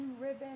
ribbon